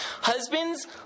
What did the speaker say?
Husbands